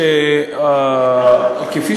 כפי